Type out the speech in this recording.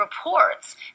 reports